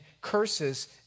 curses